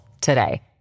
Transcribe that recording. today